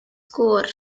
core